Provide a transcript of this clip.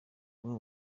bamwe